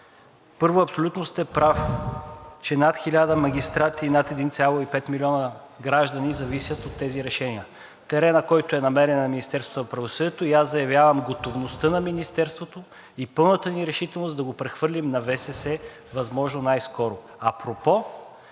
Първо, абсолютно сте прав, че над 1000 магистрати и над 1,5 милиона граждани зависят от тези решения. Теренът, който е намерен, е на Министерството на правосъдието и аз заявявам готовността на Министерството и пълната ни решителност да го прехвърлим на ВСС възможно най-скоро. Апропо,